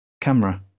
camera